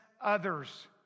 others